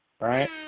right